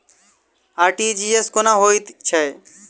RTGS कोना होइत छै?